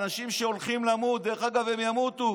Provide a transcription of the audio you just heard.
אלה אנשים שהולכים למות, ודרך אגב, הם ימותו